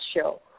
show